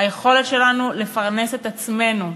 היכולת שלנו לפרנס את עצמנו,